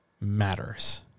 matters